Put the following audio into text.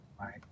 right